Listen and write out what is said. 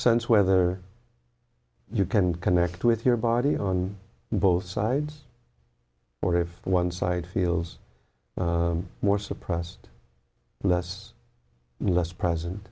sense whether you can connect with your body on both sides or if one side feels more suppressed less less present